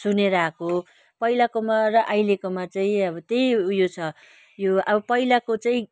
सुनेर आएको पहिलाकोमा र अहिलेकोमा चाहिँ अब त्यही उयो छ यो अब पहिलाको चाहिँ